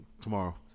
Tomorrow